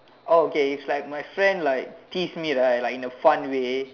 okay it's like my friend piss me right like in a fun way